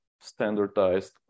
standardized